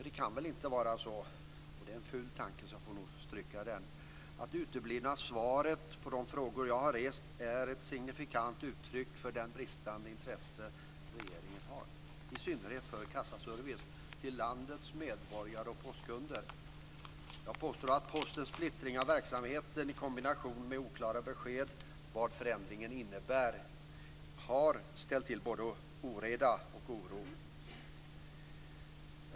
Det kan väl inte vara så att det uteblivna svaret på de frågor jag har rest är ett signifikant uttryck för regeringens bristande intresse, i synnerhet för kassaservice till landets medborgare och postkunder. Det är en ful tanke, så jag får stryka den. Jag påstår att Postens splittring av verksamheten i kombination med oklara besked om vad förändringen innebär har ställt till både oreda och oro.